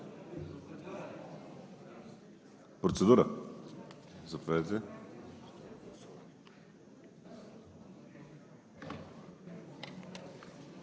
Процедура